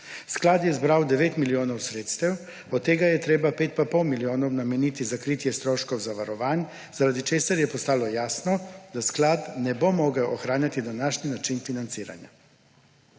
Sklad je zbral 9 milijonov sredstev, od tega je treba 5 in pol milijonov nameniti za kritje stroškov zavarovanj, zaradi česar je postalo jasno, da sklad ne bo mogel ohranjati današnji način financiranja.